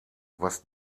was